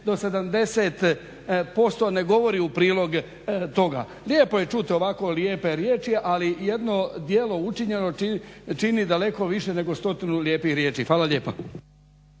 do 70% ne govori u prilog toga. Lijepo je čuti ovako lijepe riječi, ali jedno djelo učinjeno čini daleko više nego stotinu lijepih riječi. Hvala lijepa.